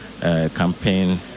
campaign